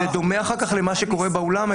בדומה אחר כך מה שקורה באולם,